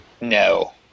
No